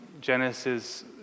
Genesis